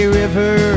river